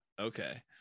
Okay